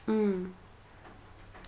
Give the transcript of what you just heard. mm